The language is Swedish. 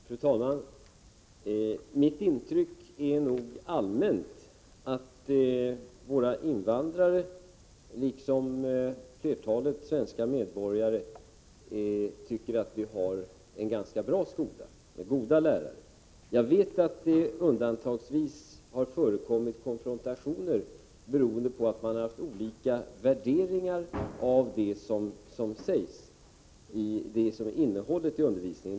Fru talman! Mitt intryck är nog allmänt sett att våra invandrare, liksom flertalet svenska medborgare, tycker att vi har en ganska bra skola med goda lärare. Jag vet att det undantagsvis har förekommit konfrontationer, beroende på att man haft olika värderingar av innehållet i undervisningen.